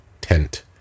tent